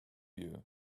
you